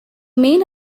main